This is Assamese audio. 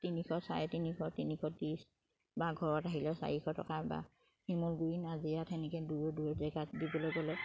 তিনিশ চাৰে তিনিশ তিনিশ ত্ৰিছ বা ঘৰত আহিলে চাৰিশ টকা বা শিমলুগুৰি নাজিৰাত সেনেকে দূৰ দূৰৰ জেগাত দিবলৈ গ'লে